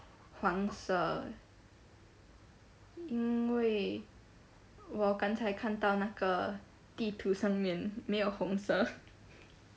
黄色因为我刚才看到地图上面没有红色